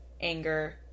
anger